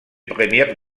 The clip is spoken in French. première